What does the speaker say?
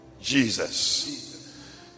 Jesus